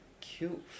cute